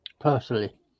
personally